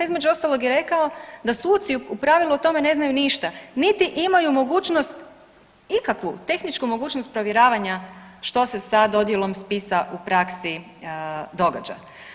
Između ostalog je rekao da suci u pravilu o tome ne znaju ništa, niti imaju mogućnost ikakvu tehničku mogućnost provjeravanja što se sa dodjelom spisa u praksi događa.